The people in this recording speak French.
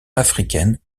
africaines